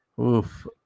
Oof